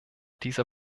dieser